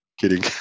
Kidding